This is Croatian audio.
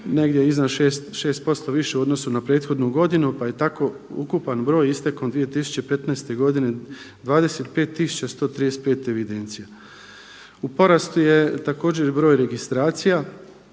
negdje iznad 6% više u odnosu na prethodnu godinu, pa je tako ukupan broj istekom 2015. godine 25 tisuća 135 evidencija. U porastu je također i broj registracija